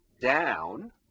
down